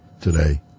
today